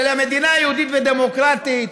של מדינה יהודית ודמוקרטית,